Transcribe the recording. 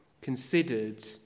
considered